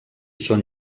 són